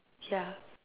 yeah